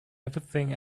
everything